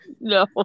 No